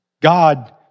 God